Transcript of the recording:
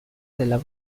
della